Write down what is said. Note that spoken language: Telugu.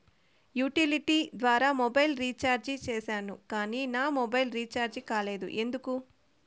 యుటిలిటీ ద్వారా మొబైల్ రీచార్జి సేసాను కానీ నా మొబైల్ రీచార్జి కాలేదు ఎందుకు?